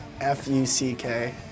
F-U-C-K